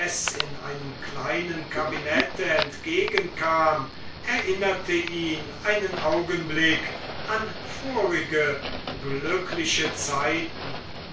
in einem kleinen kabinette entgegenkam erinnerte ihn einen augenblick an vorige glückliche zeiten